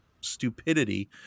stupidity